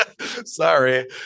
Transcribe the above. Sorry